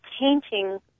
painting